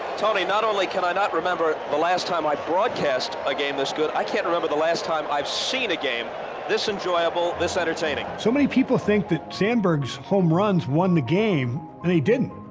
tony, not only can i not remember the last time i broadcast a game this good, i can't remember the last time i've seen a game this enjoyable, this entertaining. so many people think that sandberg's home runs won the game, and they didn't.